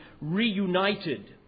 reunited